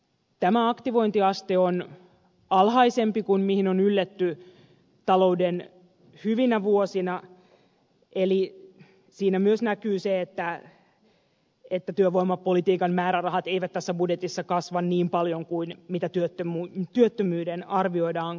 tämä aktivointiaste on alhaisempi kuin mihin on ylletty talouden hyvinä vuosina eli siinä myös näkyy se että työvoimapolitiikan määrärahat eivät tässä budjetissa kasva niin paljon kuin työttömyyden arvioidaan kasvavan